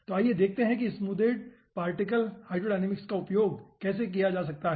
तो आइए देखते हैं कि स्मूदेड पार्टिकल हाइड्रोडायनामिक्स का उपयोग कैसे किया जाता है